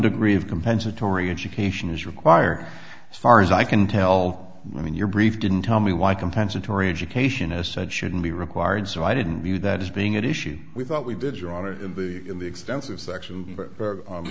degree of compensatory education is required as far as i can tell i mean your brief didn't tell me why compensatory education a said shouldn't be required so i didn't view that as being an issue we thought we did your honor in the in the extensive section but